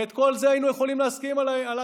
ועל כל זה היינו יכולים להסכים ביחד.